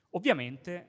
Ovviamente